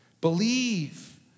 Believe